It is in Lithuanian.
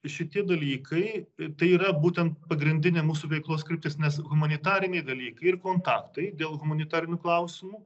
šitie dalykai tai yra būtent pagrindinė mūsų veiklos kryptis nes humanitariniai dalykai ir kontaktai dėl humanitarinių klausimų